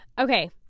Okay